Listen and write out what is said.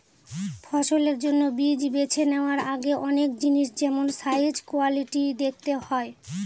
ফসলের জন্য বীজ বেছে নেওয়ার আগে অনেক জিনিস যেমল সাইজ, কোয়ালিটি দেখতে হয়